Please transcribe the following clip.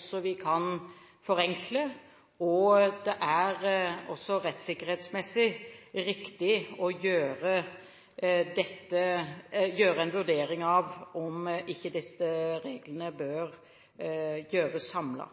tror vi kan forenkle, og det er også rettssikkerhetsmessig riktig å gjøre en vurdering av om ikke disse reglene bør reguleres samlet.